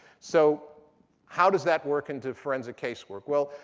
so how does that work into forensic casework? well,